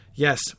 Yes